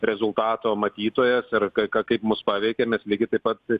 rezultato matytojas ir ka ka kaip mus paveikė mes lygiai taip pat